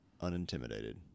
unintimidated